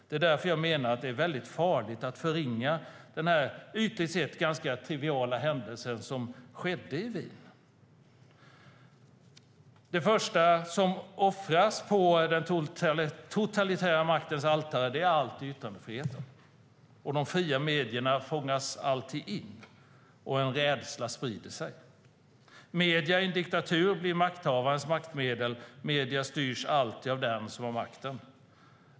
Det är därför som jag menar att det är mycket farligt att förringa denna ytligt sett ganska triviala händelsen i Wien. Det första som offras på den totalitära maktens altare är alltid yttrandefriheten. De fria medierna fångas alltid in, och en rädsla sprider sig. Medierna i en diktatur blir makthavarnas maktmedel; medierna styrs alltid av den som har makten.